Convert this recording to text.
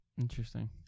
Interesting